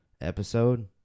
episode